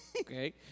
Okay